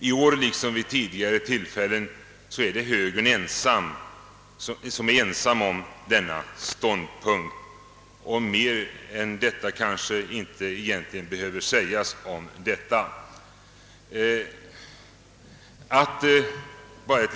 I år liksom vid tidigare tillfällen har högern varit ensam om denna ståndpunkt. Mera behöver kanske inte sägas om detta.